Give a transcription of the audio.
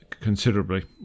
Considerably